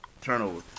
Turnover